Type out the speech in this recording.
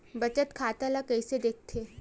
बचत खाता ला कइसे दिखथे?